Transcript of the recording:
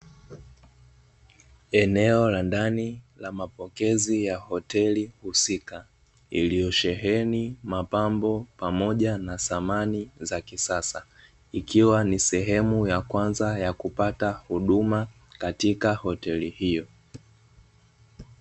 Eneo la ndani la mapokezi ya hoteli husika iliyosheheni mapambo pamoja na samani za kisasa, ikiwa ni sehemu ya kwanza ya kupata huduma katika hoteli hiyo.